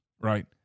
right